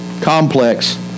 complex